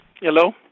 Hello